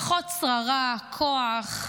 פחות שררה, כוח,